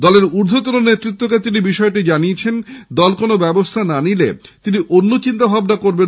দলের উর্ধ্বতন নেতৃত্বকে তিনি জানিয়েছেন দল কোন ব্যবস্থা না নিলে তিনি অন্য চিন্তাভাবনা করবেন